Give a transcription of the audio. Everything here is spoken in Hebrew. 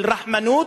של רחמנות,